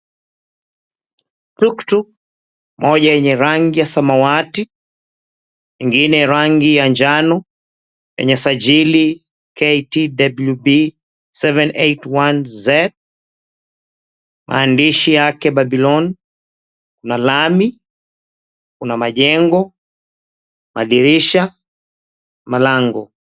Tuktuk moja yenye rangi ya samawati, ingine rangi ya njano, yenye sajili KTWB 781z maandishi yake babylon na lami. Kuna majengo, madirisha, malango.